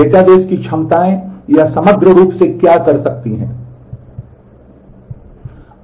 database की क्षमताएं यह समग्र रूप से क्या कर सकती हैं